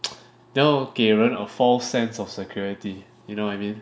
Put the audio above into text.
你要给人 a false sense of security you know what I mean